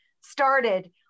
started